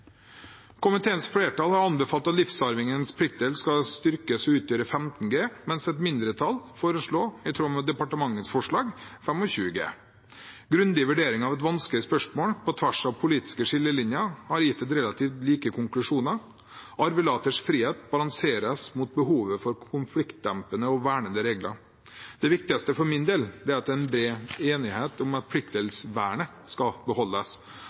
Komiteens flertall har anbefalt at livsarvingenes pliktdel skal styrkes og utgjøre 15 G, mens et mindretall foreslår, i tråd med departementets forslag, 25 G. Grundige vurderinger av et vanskelig spørsmål på tvers av politiske skillelinjer har gitt relativt like konklusjoner. Arvelaterens frihet balanseres mot behovet for konfliktdempende og vernende regler. Det viktigste for min del er at det er bred enighet om at pliktdelsvernet skal beholdes,